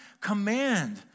command